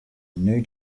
new